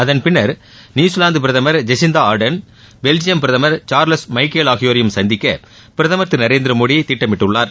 அதன்பின்னர் நியுசிலாந்து பிரதமர் Jesintha Ardern Belgium பிரதமர் சார்லஸ் மைக்கல் ஆகியோரையும் சந்திக்க பிரதமர் திரு நரேந்திரமோடி திட்டமிட்டுள்ளார்